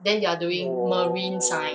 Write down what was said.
!whoa!